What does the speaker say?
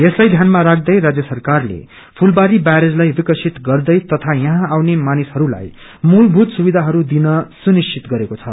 यसलाईध्यानमा राख्दै राज्य सरकारले फुलबारी बैरेजलाई विकसित गर्दैछ तथा य हाँ आउने मानिसहरूलाई मूलभूत सुविधाहरू दिन सुनिश्चित गरेको छ